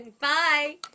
Bye